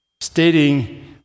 stating